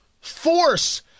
Force